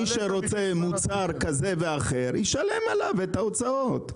מי שרוצה מוצר כזה ואחר ישלם עליו את ההוצאות.